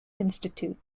institute